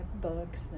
books